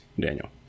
Daniel